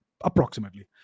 approximately